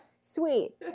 Sweet